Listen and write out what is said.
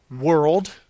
world